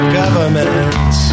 government